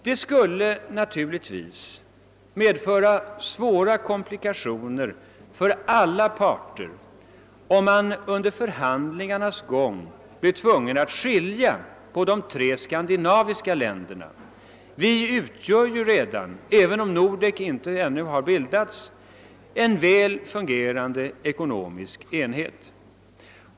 Det skulle naturligtvis medföra svåra komplikationer för alla parter, om man under förhandlingarnas gång blev tvungen att skilja på de tre skandinaviska länderna. Vi utgör ju redan, även om Nordek ännu inte har bildats, en väl fungerande ekonomisk enhet.